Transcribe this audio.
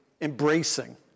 embracing